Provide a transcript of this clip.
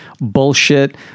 bullshit